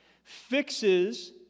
Fixes